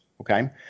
okay